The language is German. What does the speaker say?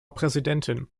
präsidentin